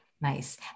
Nice